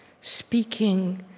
speaking